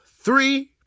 three